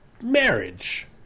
marriage